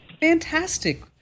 Fantastic